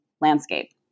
landscape